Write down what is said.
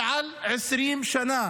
המסגד קיים מעל 20 שנה.